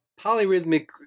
Polyrhythmic